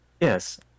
Yes